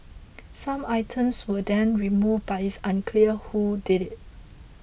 some items were then removed but it's unclear who did it